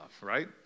right